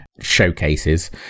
showcases